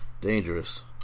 dangerous